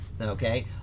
okay